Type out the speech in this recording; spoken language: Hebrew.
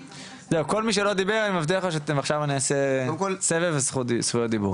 כל מי שלא דיבר אני מבטיח שעכשיו אני אעשה סבב לזכויות דיבור.